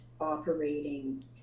operating